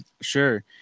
Sure